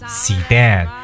sedan 。